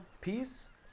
peace